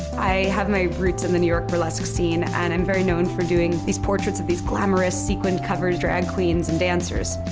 i have my roots in the new york burlesque scene and i'm very known for doing these portraits of these glamorous sequin-covered drag queens and dancers.